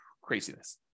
Craziness